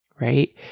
right